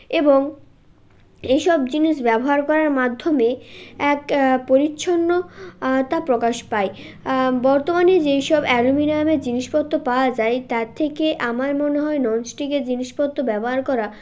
এবং এইসব জিনিস ব্যবহার করার মাধ্যমে এক পরিচ্ছন্ন তা প্রকাশ পায় বর্তমানে যেই সব অ্যালুমিনিয়ামের জিনিসপত্র পাওয়া যায় তার থেকে আমার মনে হয় ননস্টিকের জিনিসপত্র ব্যবহার করা